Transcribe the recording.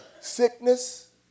sickness